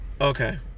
Okay